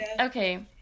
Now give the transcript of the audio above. okay